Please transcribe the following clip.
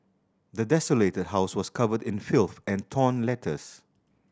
the desolated house was covered in filth and torn letters